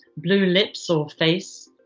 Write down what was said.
blue lips or face,